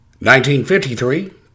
1953